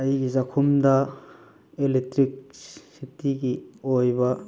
ꯑꯩꯒꯤ ꯆꯥꯈꯨꯝꯗ ꯑꯦꯂꯦꯛꯇ꯭ꯔꯤꯛꯁꯤꯇꯤꯒꯤ ꯑꯣꯏꯕ